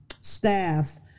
staff